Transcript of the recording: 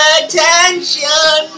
attention